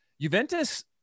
Juventus